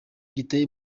giteye